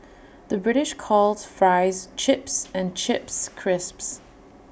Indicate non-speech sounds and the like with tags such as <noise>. the British calls Fries Chips and Chips Crisps <noise>